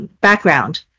background